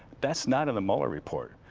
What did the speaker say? that's not in the mueller report.